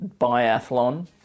biathlon